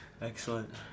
Excellent